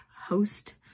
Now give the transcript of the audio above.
host